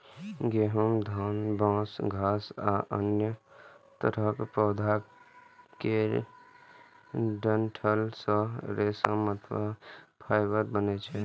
गहूम, धान, बांस, घास आ अन्य तरहक पौधा केर डंठल सं रेशा अथवा फाइबर बनै छै